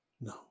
no